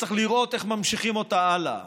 וצריך לראות איך ממשיכים אותה הלאה,